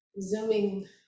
zooming